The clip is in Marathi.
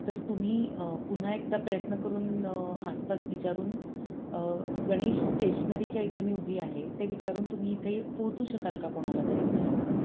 तर तुम्ही पुन्हा एकदा प्रयत्न करून आसपास विचारून गणेश स्टेशनरीच्या इथे मी उभी आहे ते विचारून तुम्ही इथे पोहचू शकाल का कोणाला तरी विचारून